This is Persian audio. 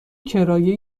کرایه